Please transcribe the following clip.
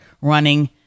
running